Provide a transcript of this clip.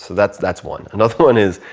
that's that's one. another one is,